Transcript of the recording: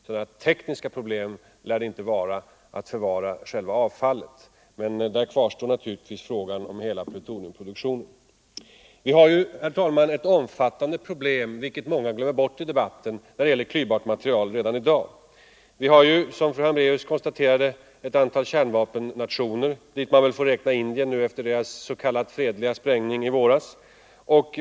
Några tekniska problem bör det inte vara att förvara själva avfallet, men där kvarstår naturligtvis hela frågan om plutoniumproduktionen. Vi har, herr talman, ett omfattande problem redan i dag, vilket många glömmer bort i debatten när det gäller klyvbart material. Som fru Hambraeus konstaterade finns det ett antal kärnvapennationer, dit man väl får räkna även Indien efter deras s.k. fredliga sprängning i våras.